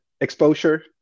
exposure